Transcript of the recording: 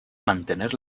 mantener